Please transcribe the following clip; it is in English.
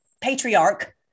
patriarch